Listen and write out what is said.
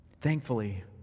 Thankfully